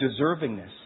deservingness